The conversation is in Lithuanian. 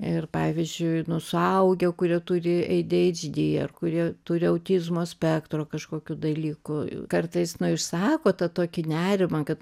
ir pavyzdžiui nu suaugę kurie turi ei di eidž di ar kurie turi autizmo spektro kažkokių dalykų kartais išsako tą tokį nerimą kad